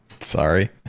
Sorry